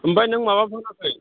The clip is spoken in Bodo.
ओमफ्राय नों माबा फानाखै